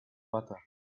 water